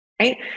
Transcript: Right